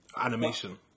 animation